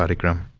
ah graham